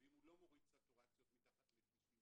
ואם הוא לא מוריד סטורציות מתחת ל-90,